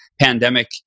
pandemic